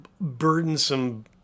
burdensome